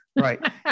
Right